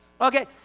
Okay